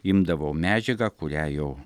imdavau medžiagą kurią jau